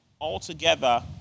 altogether